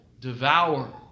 Devour